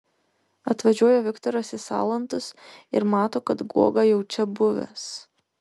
atvažiuoja viktoras į salantus ir mato kad guoga jau čia buvęs